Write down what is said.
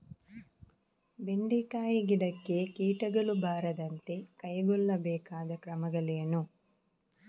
ಬೆಂಡೆಕಾಯಿ ಗಿಡಕ್ಕೆ ಕೀಟಗಳು ಬಾರದಂತೆ ಕೈಗೊಳ್ಳಬೇಕಾದ ಕ್ರಮಗಳೇನು?